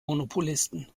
monopolisten